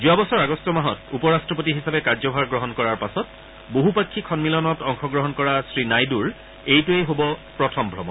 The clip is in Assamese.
যোৱা বছৰ আগষ্ট মাহত উপ ৰাট্টপতি হিচাপে কাৰ্যভাৰ গ্ৰহণ কৰাৰ পাছত বহুপাক্ষিক সন্মিলনত অংশগ্ৰহণ কৰা শ্ৰীনাইডুৰ এইটোৱেই হ'ব প্ৰথম